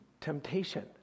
temptation